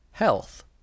health